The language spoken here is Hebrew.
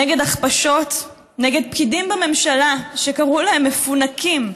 נגד הכפשות, נגד פקידים בממשלה שקראו להם מפונקים,